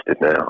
now